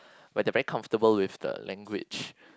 where they're very comfortable with the language